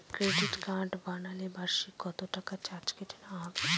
Credit card বানালে বার্ষিক কত টাকা চার্জ কেটে নেওয়া হবে?